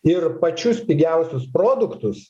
ir pačius pigiausius produktus